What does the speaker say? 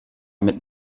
mit